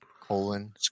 colon